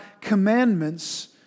commandments